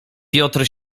piotr